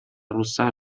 روسر